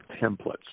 templates